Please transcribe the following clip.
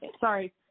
Sorry